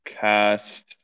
cast